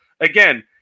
again